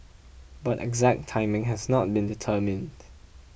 but exact timing has not been determined